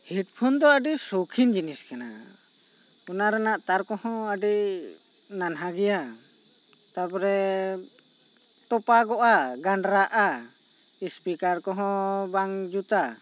headphone ᱫᱚ ᱟᱹᱰᱤ ᱥᱚᱠᱷᱤᱱ ᱡᱤᱱᱤᱥ ᱠᱟᱱᱟ ᱚᱱᱟ ᱨᱮᱱᱟᱜ ᱛᱟᱨ ᱠᱚᱦᱚᱸ ᱟᱹᱰᱤ ᱱᱟᱱᱦᱟ ᱜᱮᱭᱟ ᱛᱟᱨ ᱯᱚᱨᱮ ᱛᱚᱯᱟᱜᱚᱼᱟ ᱜᱟᱱᱰᱨᱟᱼᱟ ᱤᱥᱯᱤᱠᱟᱨ ᱠᱚᱦᱚᱸ ᱵᱟᱝ ᱡᱩᱛᱟ